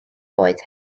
oed